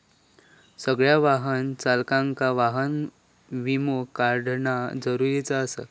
सगळ्या वाहन चालकांका वाहन विमो काढणा जरुरीचा आसा